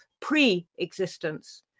pre-existence